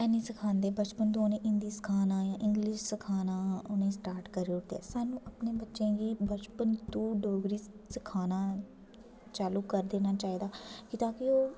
हैनी सखांदे बचपन तूं उ'नें हिंदी सखाना इंग्लिश सखाना उ'नें स्टार्ट करी ओड़दे सानू अपनें बच्चें गी बचपन तूं डोगरी सखाना चालू करी देना चाहिदा कि ता कि